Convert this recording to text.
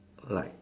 like